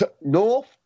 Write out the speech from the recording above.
north